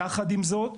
יחד עם זאת,